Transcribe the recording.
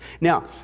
Now